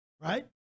right